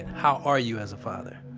how are you as a father?